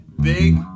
Big